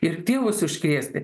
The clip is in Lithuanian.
ir tėvus užkrėsti